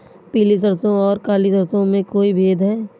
पीली सरसों और काली सरसों में कोई भेद है?